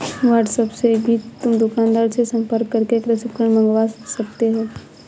WhatsApp से भी तुम दुकानदार से संपर्क करके कृषि उपकरण मँगवा सकते हो